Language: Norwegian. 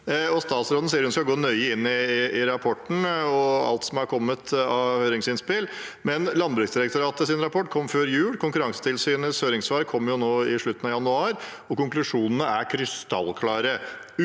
Statsråden sier hun skal gå nøye inn i rapporten og alt som er kommet av høringsinnspill, men Landbruksdirektoratets rapport kom før jul, Konkurransetilsynets høringssvar kom i slutten av januar, og konklusjonene er krystallklare: